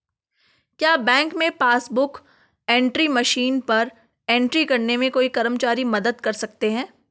क्या बैंक में passbook book entry machine पर एंट्री करने में कोई कर्मचारी मदद कर सकते हैं?